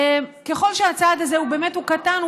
ככל שהצעד הזה הוא באמת קטן,